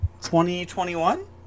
2021